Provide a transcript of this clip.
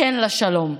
כן לשלום.